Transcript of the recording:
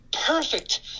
perfect